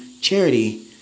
charity